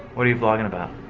are you vlogging about?